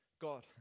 God